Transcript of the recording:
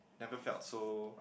never felt so